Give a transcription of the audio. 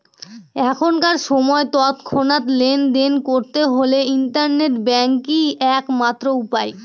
এখনকার সময় তৎক্ষণাৎ লেনদেন করতে হলে ইন্টারনেট ব্যাঙ্কই এক মাত্র উপায়